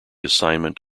assignment